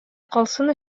калсын